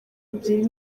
ebyiri